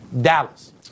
Dallas